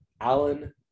Alan